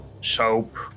soap